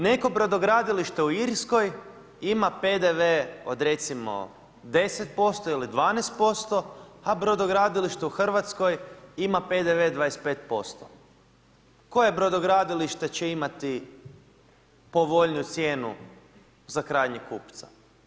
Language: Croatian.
Neko brodogradilište u Irskoj ima PDV od recimo 10% ili 12% a brodogradilište u Hrvatskoj ima PDV 25%. koje brodogradilište će imati povoljniju cijenu za krajnjeg kupca?